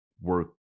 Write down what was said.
work